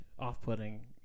off-putting